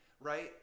right